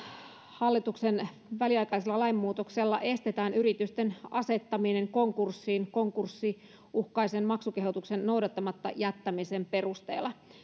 hallituksen väliaikaisella lainmuutoksella estetään yritysten asettaminen konkurssiin konkurssiuhkaisen maksukehotuksen noudattamatta jättämisen perusteella